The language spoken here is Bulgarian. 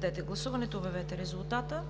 който става § 13.